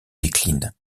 déclinent